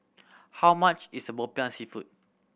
how much is Popiah Seafood